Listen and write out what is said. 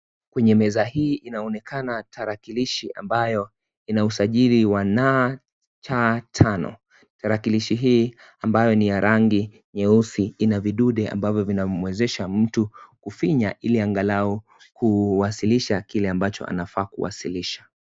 Kwenye meza hii inaonekana tarakilishi ambayo ina usajiri wa naa cha tano. Tarakilishi hii ambayo ni ya rangi nyeusi inavidude ambavyo vinamwezesha mtu kufinya ili angalau kuwasilisha kile ambacho anafaa kuwasilisha.